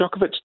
Djokovic